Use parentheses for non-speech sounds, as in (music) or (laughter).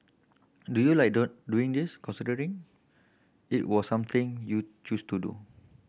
do you like (unintelligible) doing this considering it was something you chose to do